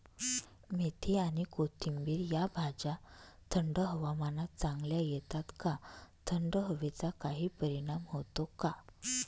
मेथी आणि कोथिंबिर या भाज्या थंड हवामानात चांगल्या येतात का? थंड हवेचा काही परिणाम होतो का?